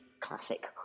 classic